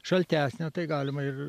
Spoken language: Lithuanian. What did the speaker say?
šaltesnę tai galima ir